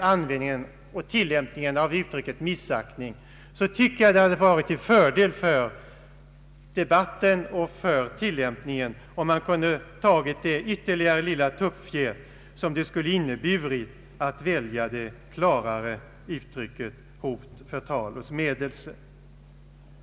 användningen och tillämpningen av uttrycket ”missaktning”, tycker jag det hade varit till fördel för debatten och för tillämpningen, om man hade tagit det ytterligare lilla tuppfjät som det skulle inneburit att välja det klarare uttrycket ”förtal och smädelse”.